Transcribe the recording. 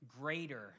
greater